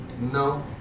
No